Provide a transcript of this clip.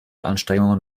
anstrengungen